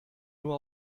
nur